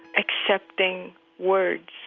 accepting words.